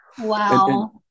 Wow